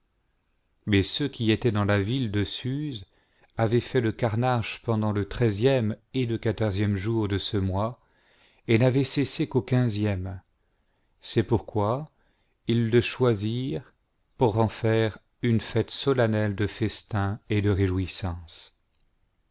mais ceux qui étaient dans la ville de suse avaient fait le carnage pendant le treizième et le quatorzième jour de ce même mois et n'avaient cessé qu'au quinzième c'est pourquoi ils le choisirent pour en faire une fête solennelle de festins et de réjouissances